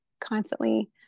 constantly